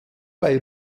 bei